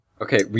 Okay